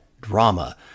drama